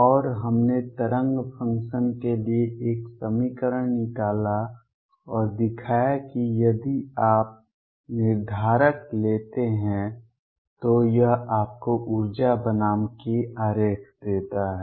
और हमने तरंग फंक्शन के लिए एक समीकरण निकाला और दिखाया कि यदि आप निर्धारक लेते हैं तो यह आपको ऊर्जा बनाम k आरेख देता है